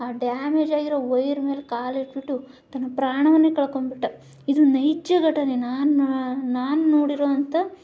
ಆ ಡ್ಯಾಮೇಜ್ ಆಗಿರೋ ವಯ್ರ್ ಮೇಲೆ ಕಾಲಿಟ್ಬಿಟ್ಟು ತನ್ನ ಪ್ರಾಣವನ್ನೇ ಕಳೆದ್ಕೊಂಡ್ಬಿಟ್ಟ ಇದು ನೈಜ ಘಟನೆ ನಾನು ನಾನು ನೋಡಿರುವಂಥ